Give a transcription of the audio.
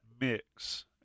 mix